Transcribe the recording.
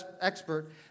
expert